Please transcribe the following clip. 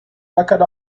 lakaat